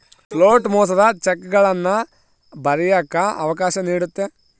float ಮೋಸದ ಚೆಕ್ಗಳನ್ನ ಬರಿಯಕ್ಕ ಅವಕಾಶ ನೀಡುತ್ತೆ